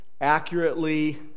accurately